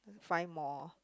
five more